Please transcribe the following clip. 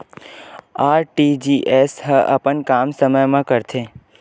RTGS ह अपन काम समय मा करथे?